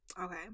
okay